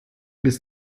bis